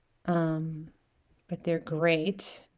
um but they're great